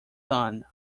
son